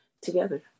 together